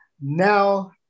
now